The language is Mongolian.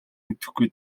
мэдэхгүй